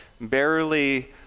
barely